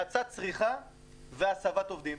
האצת צריכה והסבת עובדים.